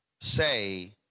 say